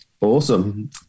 awesome